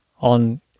on